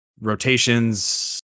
rotations